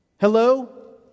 Hello